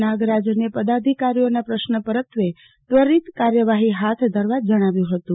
નાગરાજનને પદાધિકારીઓનાં પ્રશ્ન પરત્વે ત્વરિત કાર્યવાહી હાથ ધરેવા જણાવ્યું હતું